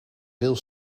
veel